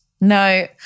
No